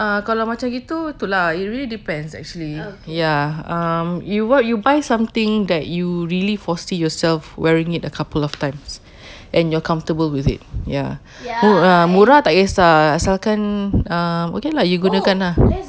kalau macam begitu lah it really depends actually ya um you what you buy something that you really foresee yourself wearing it a couple of times and you're comfortable with it ya murah tak kesah asalkan okay lah you guna kan